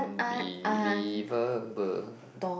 believable